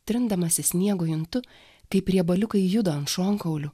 trindamasi sniegu juntu kaip riebaliukai juda ant šonkaulių